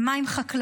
ומה עם חקלאות?